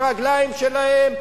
ברגליים שלהם,